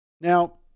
Now